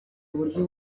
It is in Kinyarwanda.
uburyo